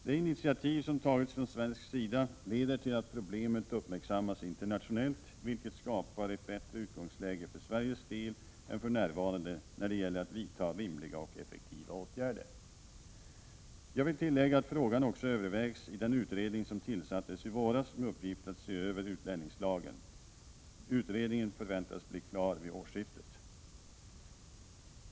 Det initiativ som tagits från svensk sida leder till att problemet uppmärksammas internationellt, vilket skapar ett bättre utgångsläge för Sveriges del än för närvarande när det gäller att vidta rimliga och effektiva åtgärder. Jag vill tillägga att frågan också övervägs i den utredning som tillsattes i våras med uppgift att se över utlänningslagen . Utredningen förväntas bli klar vid årsskiftet.